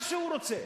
מה שהוא רוצה.